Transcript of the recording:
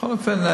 בכל אופן,